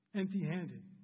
empty-handed